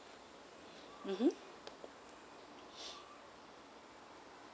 mmhmm